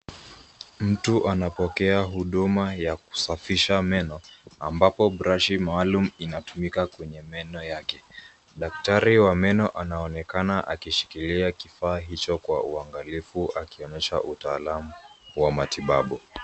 Mtu anapokea huduma ya kusafisha meno, ambapo brashi maalum inatumika kwenye meno yake. Daktari wa meno, anaonekana akishikilia kifaa hicho, kwa uangalifu akionyesha utaalamu wa matibabu.